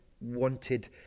wanted